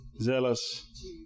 zealous